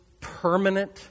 permanent